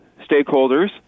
stakeholders